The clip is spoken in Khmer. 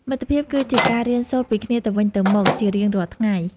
មិត្តភាពគឺជាការរៀនសូត្រពីគ្នាទៅវិញទៅមកជារៀងរាល់ថ្ងៃ។